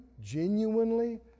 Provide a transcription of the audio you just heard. genuinely